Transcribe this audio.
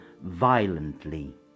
violently